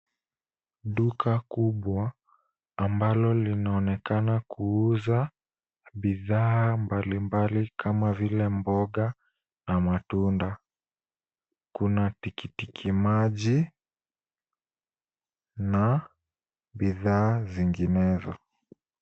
Duka kubwa ambalo linaonekana kuuza bidhaa mbalimbali kama vile mboga na matunda. Kuna tikiti maji na bidhaa zinginezo.